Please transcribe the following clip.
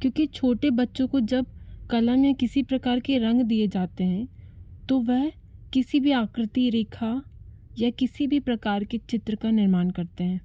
क्योंकि छोटे बच्चों को जब कला में किसी प्रकार के रंग दिए जाते हैं तो वह किसी भी आकृति रेखा या किसी भी प्रकार के चित्र का निर्माण करते हैं